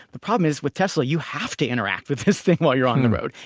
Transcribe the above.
the problem is with tesla, you have to interact with this thing while you're on the road.